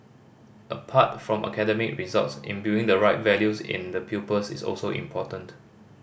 apart from academic results imbuing the right values in the pupils is also important